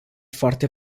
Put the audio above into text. foarte